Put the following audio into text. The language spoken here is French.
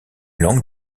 langue